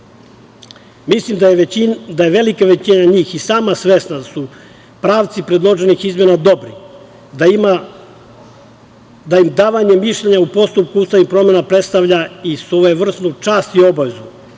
da je velika većina njih i sama svesna da su pravci predloženih izmena dobri, da im davanje mišljenja u postupku ustavnih promena predstavlja i svojevrsnu čast i obavezu,